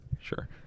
Sure